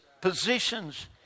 positions